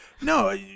No